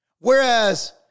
Whereas